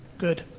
good.